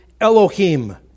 Elohim